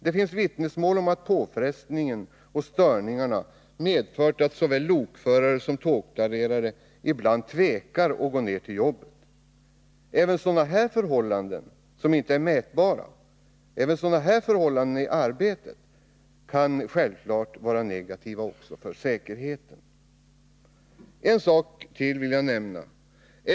Det finns vittnesmål om att påfrestningen och störningarna har medfört att såväl lokförare som tågklarerare ibland tvekar att gå till jobbet. Även sådana förhållanden i arbetet, som inte är direkt mätbara, kan självfallet vara negativa för säkerheten. En sak till vill jag nämna.